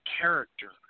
character